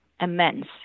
immense